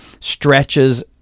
stretches